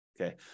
okay